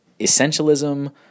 essentialism